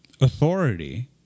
authority